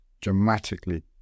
dramatically